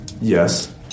Yes